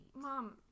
Mom